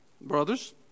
brothers